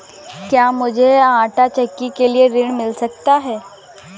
क्या मूझे आंटा चक्की के लिए ऋण मिल सकता है?